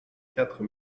quatre